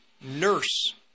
nurse